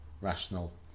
rational